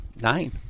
Nine